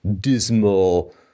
dismal